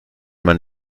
man